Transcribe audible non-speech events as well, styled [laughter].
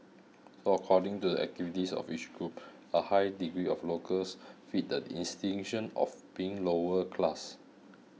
so according to the activities of each group a high degree of locals fit the [unintelligible] of being lower class